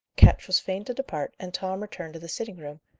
ketch was fain to depart, and tom returned to the sitting-room,